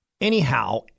Anyhow